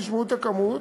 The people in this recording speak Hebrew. תשמעו את הכמות,